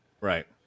Right